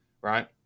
Right